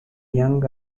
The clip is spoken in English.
young